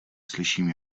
slyším